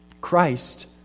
Christ